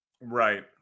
Right